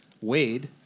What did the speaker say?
Wade